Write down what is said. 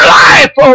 life